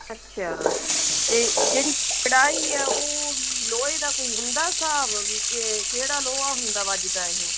ਅੱਛਾ ਅਤੇ ਜਿਹੜੀ ਕੜਾਹੀ ਹੈ ਉਹ ਵੀ ਲੋਹੇ ਦਾ ਕੋਈ ਹੁੰਦਾ ਹਿਸਾਬ ਬਈ ਕੇ ਕਿਹੜਾ ਲੋਹਾ ਹੁੰਦਾ ਵਜਦਾ ਇਹ